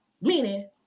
meaning